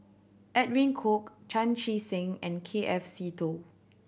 Edwin Koek Chan Chee Seng and K F Seetoh